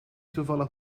toevallig